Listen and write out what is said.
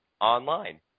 online